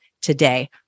today